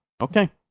Okay